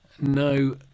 no